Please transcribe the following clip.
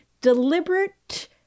deliberate